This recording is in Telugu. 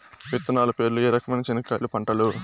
విత్తనాలు పేర్లు ఏ రకమైన చెనక్కాయలు పంటలు?